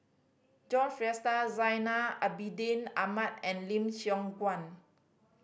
John Fraser Zainal Abidin Ahmad and Lim Siong Guan